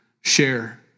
share